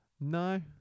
No